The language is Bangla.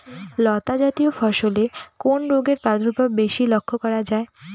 লতাজাতীয় ফসলে কোন রোগের প্রাদুর্ভাব বেশি লক্ষ্য করা যায়?